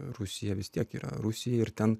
rusija vis tiek yra rusija ir ten